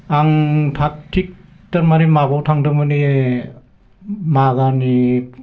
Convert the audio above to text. आं थाग थिग थारमाने माबायाव थांदों माने मागोनि